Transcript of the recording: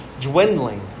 dwindling